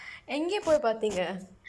எங்க போய் பார்த்தீங்க:engka pooy paarththiingka